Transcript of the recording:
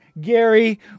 Gary